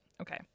Okay